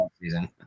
season